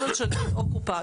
או ממשלתית או קופה,